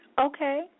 Okay